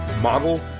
model